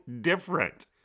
different